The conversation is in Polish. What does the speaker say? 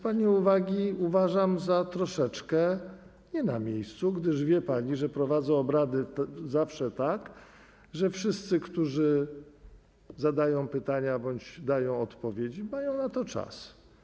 Pani uwagi uważam za troszeczkę nie na miejscu, gdyż wie pani, że prowadzę obrady zawsze tak, że wszyscy, którzy zadają pytania bądź dają odpowiedzi, mają na to czas.